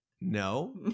no